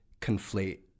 conflate